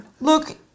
Look